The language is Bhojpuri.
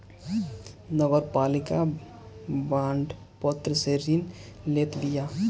नगरपालिका बांड पत्र से ऋण लेत बिया